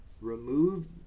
remove